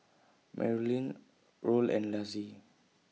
Marolyn Roll and Laci